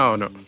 no